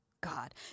God